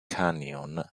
canyon